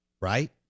Right